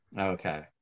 okay